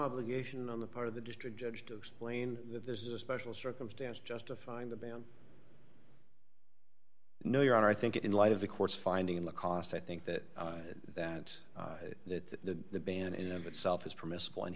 obligation on the part of the district judge to explain that there's a special circumstance justifying the ban no your honor i think in light of the court's finding and the cost i think that that that the ban in of itself is permissible and